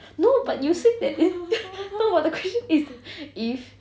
no but you say that eh no but the question is if